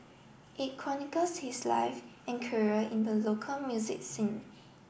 it chronicles his life and career in the local music scene